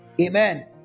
Amen